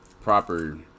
proper